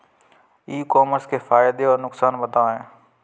ई commerce के फायदे और नुकसान बताएँ?